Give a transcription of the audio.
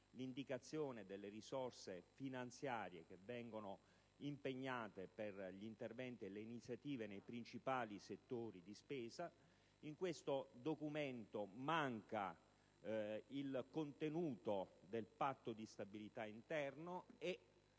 l'indicazione delle risorse finanziarie che vengono impegnate per gli interventi e le iniziative nei principali settori di spesa; in questo documento manca il contenuto del Patto di stabilità interna e,